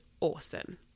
awesome